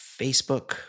facebook